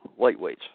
Lightweights